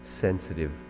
sensitive